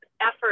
effort